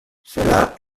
cela